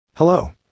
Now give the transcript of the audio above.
Hello